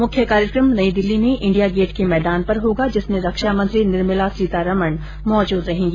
मुख्य कार्यक्रम नई दिल्ली में इंडिया गेट के मैदान पर होगा जिसमें रक्षा मंत्री निर्मला सीतारमण मौजूद रहेंगी